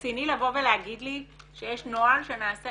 זה רציני לבוא ולהגיד לי שיש נוהל שנעשה